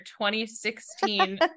2016